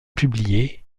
publié